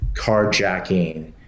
carjacking